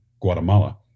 Guatemala